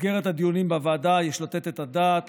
במסגרת הדיונים בוועדה יש לתת את הדעת